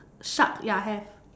shark ya have